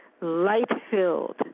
light-filled